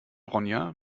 ronja